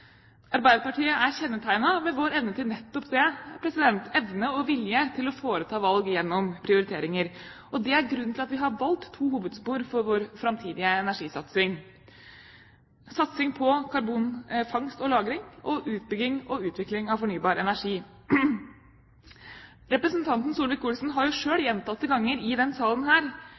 Arbeiderpartiet er kjennetegnet nettopp ved vår evne og vilje til å foreta valg gjennom prioriteringer. Det er grunnen til at vi har valgt to hovedspor for vår framtidige energisatsing, satsing på karbonfangst og -lagring og utbygging og utvikling av fornybar energi. Representanten Solvik-Olsen har selv gjentatte ganger i denne salen